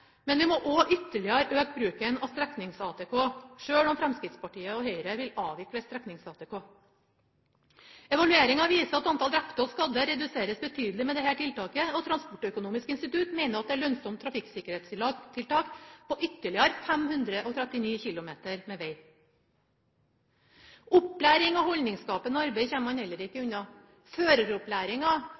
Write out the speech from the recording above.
men vi må også øke bruken av streknings-ATK ytterligere, selv om Fremskrittspartiet og Høyre vil avvikle streknings-ATK. Evalueringer viser at antallet drepte og skadde reduseres betydelig med dette tiltaket, og Transportøkonomisk institutt mener at det er et lønnsomt trafikksikkerhetstiltak på ytterligere 539 km med veg. Opplæring og holdningsskapende arbeid kommer man heller ikke unna. Føreropplæringa